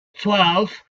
twelve